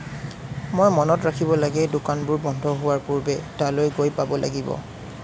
মই মনত ৰাখিব লাগে দোকানবোৰ বন্ধ হোৱাৰ পূৰ্বে তালৈ গৈ পাব লাগিব